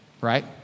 right